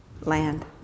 land